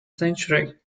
century